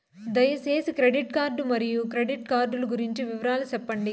దయసేసి credit card మరియు credit card లు గురించి వివరాలు సెప్పండి?